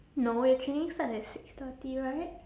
no your training starts at six thirty right